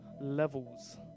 Levels